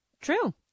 true